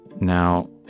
Now